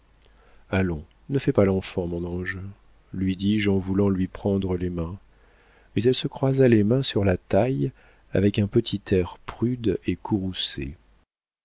allons ne fais pas l'enfant mon ange lui dis-je en voulant lui prendre les mains mais elle se croisa les mains sur la taille avec un petit air prude et